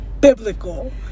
biblical